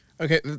Okay